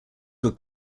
would